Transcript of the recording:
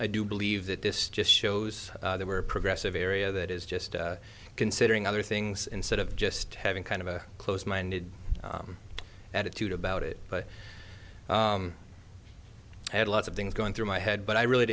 i do believe that this just shows they were progressive area that is just considering other things instead of just having kind of a closed minded attitude about it but i had lots of things going through my head but i really